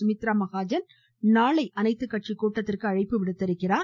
சுமித்ரா மகாஜன் நாளை அனைத்துக்கட்சி கூட்டத்திற்கு அழைப்பு விடுத்திருக்கிறார்